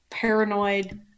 paranoid